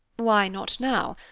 why not now?